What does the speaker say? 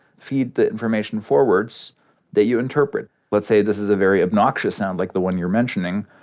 feed the information forwards that you interpret. let's say this is a very obnoxious sound, like the one you're mentioning,